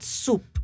soup